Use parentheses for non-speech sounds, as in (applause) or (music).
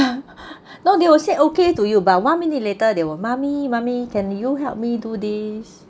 (laughs) no they will say okay to you about one minute later they will mummy mummy can you help me do this